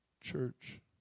Church